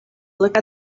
look